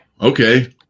Okay